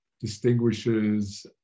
distinguishes